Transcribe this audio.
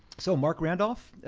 so, marc randolph,